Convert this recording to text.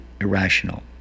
irrational